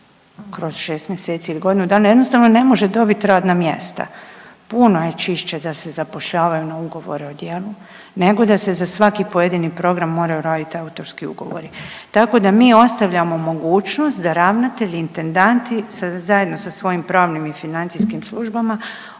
kroz 6 mjesec ili godinu dana jednostavno ne može dobiti radna mjesta. Puno je čišće da se zapošljavaju na ugovore o djelu, nego da se za svaki pojedini program moraju raditi autorski ugovori. Tako da mi ostavljamo mogućnost da ravnatelji intendanti zajedno sa svojim pravnim i financijskim službama